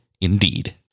Indeed